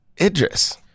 Idris